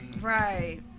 Right